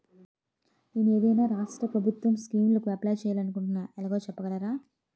నేను ఏదైనా రాష్ట్రం ప్రభుత్వం స్కీం కు అప్లై చేయాలి అనుకుంటున్నా ఎలాగో చెప్పగలరా?